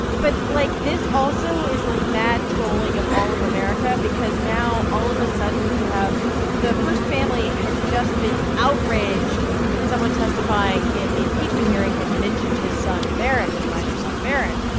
but, like, this also is, like, mad trolling of all of america because now all of a sudden you have the first family had just been outraged that someone testifying in the impeachment hearing had mentioned his son, barron, his minor son, barron.